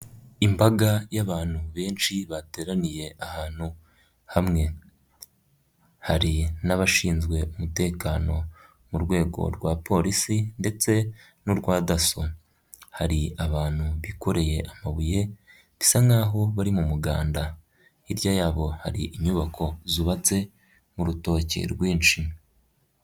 Imbaga y'abantu benshi bateraniye ahantu hamwe hari n'abashinzwe umutekano mu rwego rwa polisi ndetse n'urwa daso, hari abantu bikoreye amabuye bisa nk'aho bari mu muganda, hirya yabo hari inyubako zubatse, urutoki rwinshi.